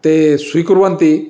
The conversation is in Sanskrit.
ते स्वीकुर्वन्ति